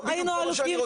כנס למבררי יהדות,